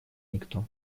никто